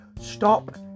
Stop